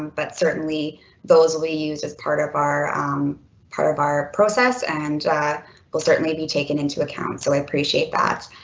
but certainly those we use as part of our part of our process and will certainly be taken into account, so i appreciate that.